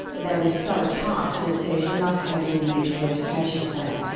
that is so tight and it says you must have an individual education plan,